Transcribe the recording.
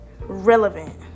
relevant